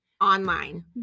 online